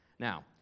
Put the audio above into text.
Now